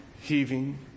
heaving